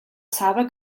saba